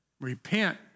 repent